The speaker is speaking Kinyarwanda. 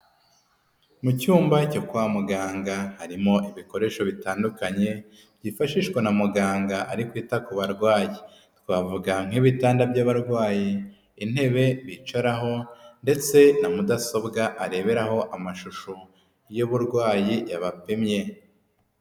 Mu cyumba cyo kwa muganga harimo ibikoresho bitandukanye byifashishwa na muganga ari kwita ku barwayi, twavuga nk'ibitanda by'abarwayi, intebe bicaraho ndetse na mudasobwa areberaho amashusho y'uburwayi yabapimye.